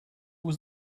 was